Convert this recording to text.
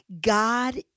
God